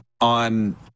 on